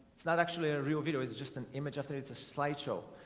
it's not actually a real video it's just an image after it's a slideshow